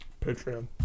Patreon